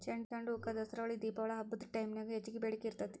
ಚಂಡುಹೂಕ ದಸರಾ ದೇಪಾವಳಿ ಹಬ್ಬದ ಟೈಮ್ನ್ಯಾಗ ಹೆಚ್ಚಗಿ ಬೇಡಿಕಿ ಇರ್ತೇತಿ